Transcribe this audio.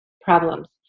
problems